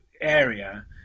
area